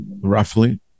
roughly